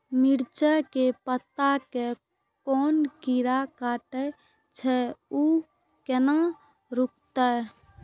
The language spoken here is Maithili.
मिरचाय के पत्ता के कोन कीरा कटे छे ऊ केना रुकते?